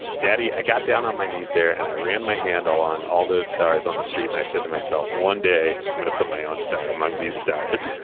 aeuroedaddy, i got down on my knees there and i ran my hand along all those stars on that street and i said to myself one day i'm going to put my own star among these stars.